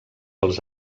els